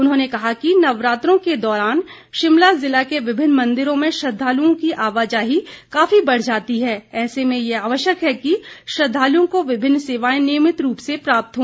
उन्होंने ने कहा कि नवरात्रों के दौरान शिमला जिला के विभिन्न मंदिरों में श्रद्वालुओं की आवाजाही काफी बढ़ जाती है ऐसे में यह आवश्यक है कि श्रद्वालुओं को विभिन्न सेवाएं नियमित रूप से प्राप्त हो